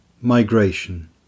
migration